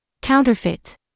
Counterfeit